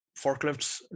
forklifts